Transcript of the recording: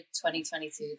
2022